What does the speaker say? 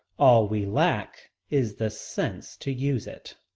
all we lack is the sense to use it.